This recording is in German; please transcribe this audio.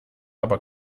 aber